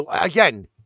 Again